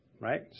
right